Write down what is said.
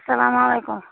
اسلام علیکُم